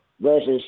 versus